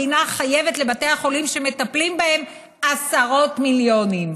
המדינה חייבת לבתי החולים שמטפלים בהם עשרות מיליונים.